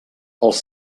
els